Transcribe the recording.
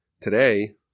today